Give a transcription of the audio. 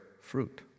fruit